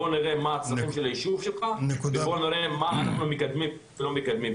בוא נראה מה הצרכים של היישוב שלך ונראה מה אנחנו מקדמים ולא מקדמים.